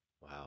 Wow